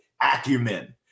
acumen